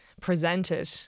presented